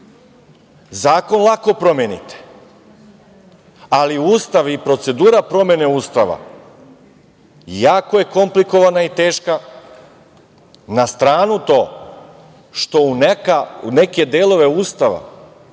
pismo. Zakon lako promenite, ali Ustav i procedura promene Ustava jako je komplikovana i teška, na stranu to što neke delove Ustava